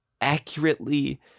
accurately